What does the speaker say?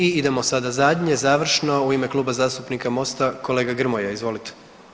I idemo sada zadnje završno u ime Kluba zastupnika Mosta kolega Grmoja, izvolite.